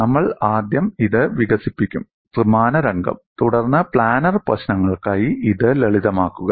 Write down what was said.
നമ്മൾ ആദ്യം ഇത് വികസിപ്പിക്കും ത്രിമാന രംഗം തുടർന്ന് പ്ലാനർ പ്രശ്നങ്ങൾക്കായി ഇത് ലളിതമാക്കുക